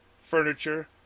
furniture